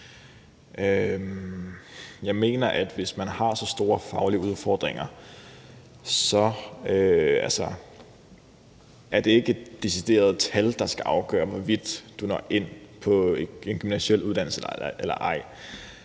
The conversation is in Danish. Jeg mener, at hvis man har så store faglige udfordringer, er det ikke et decideret tal, der skal afgøre, hvorvidt du kommer ind på en gymnasial uddannelse eller ej.